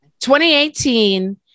2018